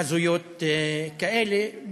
הזויות כאלה.